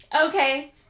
Okay